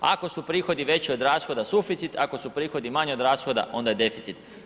Ako su prihodi veći od rashoda suficit, ako su prihodi manji od rashoda onda je deficit.